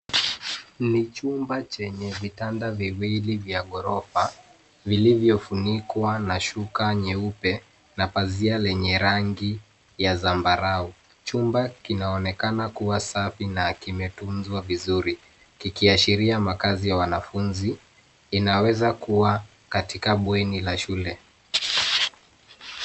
Ni chumba chenye vitanda viwili vya ghorofa vilivyofunikwa na shuka nyeupe na pazia lenye rangi ya zambarau. Chumba kinaonekana kuwa safi na kimetunzwa vizuri, kikiashiria makaza ya wanafunzi. Inaweza kuwa katika bweni la shule.